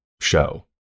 show